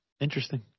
Interesting